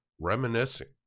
reminiscing